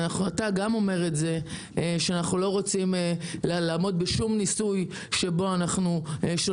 וגם אתה גם אומר שאנחנו לא רוצים לעמוד בשום ניסוי שאנחנו שוללים